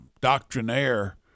doctrinaire